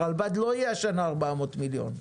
הרלב"ד לא יהיה השנה 400 מיליון,